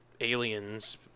aliens